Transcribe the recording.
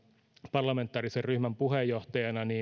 parlamentaarisen ryhmän puheenjohtajana